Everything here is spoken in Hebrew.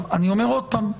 אני אומר עוד פעם,